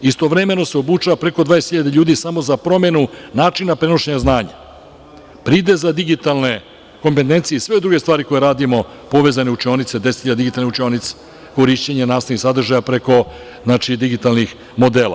Istovremeno se obučava preko 20 hiljada ljudi samo za promenu načina prenošenja znanja, pride za digitalne kompetencije i sve druge stvari koje radimo, povezane učionice, deset hiljada digitalnih učionica, korišćenje nastavnih sadržaja preko digitalnih modela.